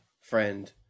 friend